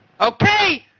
okay